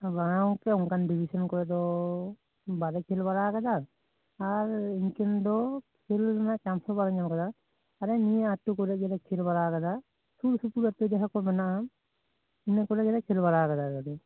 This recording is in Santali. ᱵᱟᱝᱼᱟ ᱜᱚᱝᱠᱮ ᱚᱱᱠᱟᱱ ᱰᱤᱵᱷᱤᱥᱚᱱ ᱠᱚᱫᱚ ᱵᱟᱞᱮ ᱠᱷᱮᱞ ᱵᱟᱲᱟ ᱟᱠᱟᱫᱟ ᱟᱨ ᱤᱱᱠᱟ ᱫᱚ ᱠᱷᱮᱞ ᱨᱮᱱᱟᱜ ᱪᱟᱱᱥᱦᱚᱸ ᱵᱟᱞᱮ ᱧᱟᱢᱟᱠᱟᱫᱟ ᱟᱞᱮ ᱱᱤᱭᱟ ᱟᱹᱛᱩ ᱠᱚᱨᱮ ᱜᱮᱞᱮ ᱠᱷᱮᱞ ᱵᱟᱲᱟ ᱟᱠᱟᱫᱟ ᱥᱩᱨ ᱥᱩᱯᱩᱨ ᱟ ᱛᱩ ᱡᱟᱦᱟᱸ ᱠᱚ ᱢᱮᱱᱟᱜᱼᱟ ᱤᱱᱟ ᱠᱚᱨᱮ ᱜᱮᱞᱮ ᱠᱷᱮᱞ ᱵᱟᱲᱟ ᱟᱠᱟᱫᱟ ᱟᱞᱮᱫᱚ